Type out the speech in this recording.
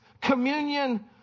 communion